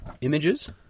images